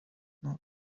not